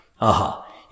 Aha